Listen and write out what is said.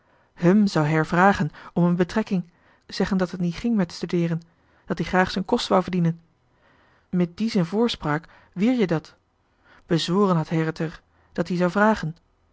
zou her vragen om en betrekking zeggen dat et nie ging mit stedeeren dat ie graag z'en kos wou verdienen mit die z'en voorspraak wier je dat bezworen had her et er dat ie zou vragen